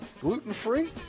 gluten-free